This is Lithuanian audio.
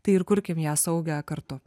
tai ir kurkim ją saugią kartu